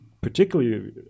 particularly